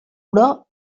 però